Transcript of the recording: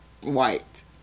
white